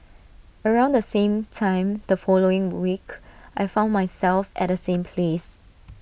around the same time the following week I found myself at the same place